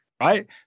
right